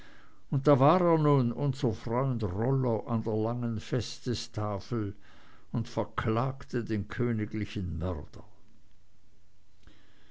und da war er nun unser freund rollo an der langen festtafel und verklagte den königlichen mörder